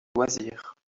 loisirs